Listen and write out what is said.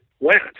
went